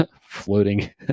floating